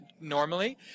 normally